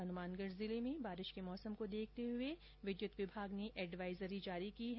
हनुमानगढ़ जिले में बारिश के मौसम को देखते हुए विद्युत विभाग ने एडवाइजरी जारी की है